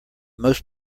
most